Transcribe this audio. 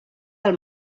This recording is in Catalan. del